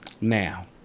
Now